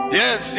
yes